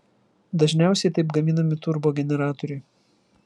dažniausiai taip gaminami turbogeneratoriai